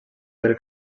del